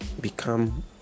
become